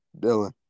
Dylan